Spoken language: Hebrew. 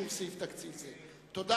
סעיף 48, לשנת 2010, נתקבל.